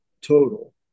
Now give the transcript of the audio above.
total